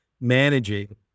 managing